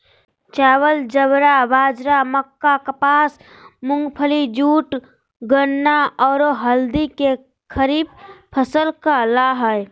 चावल, ज्वार, बाजरा, मक्का, कपास, मूंगफली, जूट, गन्ना, औरो हल्दी के खरीफ फसल कहला हइ